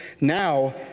Now